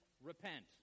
repent